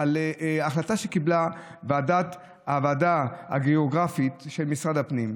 להחלטה שקיבלה הוועדה הגיאוגרפית של משרד הפנים.